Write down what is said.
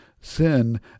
sin